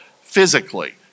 physically